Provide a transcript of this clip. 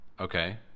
Okay